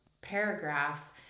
paragraphs